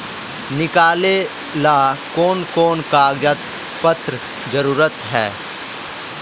निकाले ला कोन कोन कागज पत्र की जरूरत है?